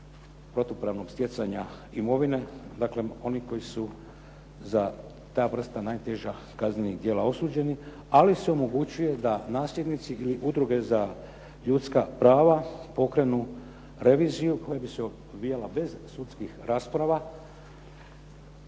protupravnog stjecanja imovine. Dakle, oni koji su za ta vrsta najteža kaznena djela osuđeni, ali se omogućuje da nasljednici ili udruge za ljudska prava pokrenu reviziju koja bi se odvijala bez sudskih rasprava,